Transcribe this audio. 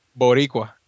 boricua